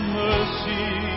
mercy